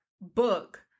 book